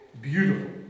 Beautiful